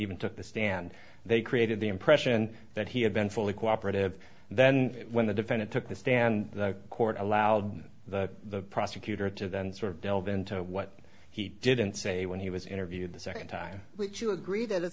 even took the stand they created the impression that he had been fully cooperative and then when the defendant took the stand the court allowed the prosecutor to then sort of delve into what he didn't say when he was interviewed the second time which you agree t